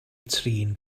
trin